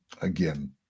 Again